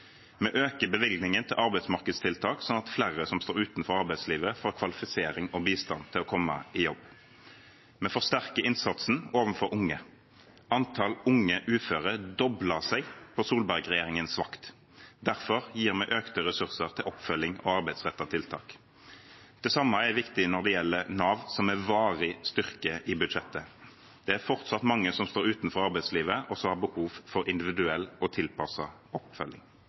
Vi øker bevilgningen til arbeidsmarkedstiltak, slik at flere som står utenfor arbeidslivet, får kvalifisering og bistand til å komme i jobb. Vi forsterker innsatsen overfor unge – antall unge uføre doblet seg på Solberg-regjeringens vakt. Derfor gir vi økte ressurser til oppfølging og arbeidsrettede tiltak. Det samme er viktig når det gjelder Nav, som vi varig styrker i budsjettet. Det er fortsatt mange som står utenfor arbeidslivet, og som har behov for individuell og tilpasset oppfølging.